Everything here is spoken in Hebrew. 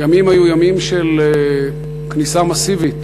הימים היו ימים של כניסה מסיבית